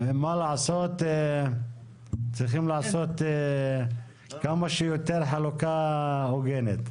צריכים לעשות כמה שיותר חלוקה הוגנת.